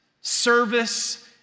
service